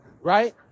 right